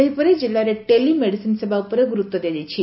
ସେହିପରି କିଲ୍ଲାରେ ଟେଲିମେଡିସିନ ସେବା ଉପରେ ଗୁରୁତ୍ୱ ଦିଆଯାଇଛି